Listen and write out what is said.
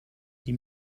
die